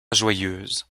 joyeuse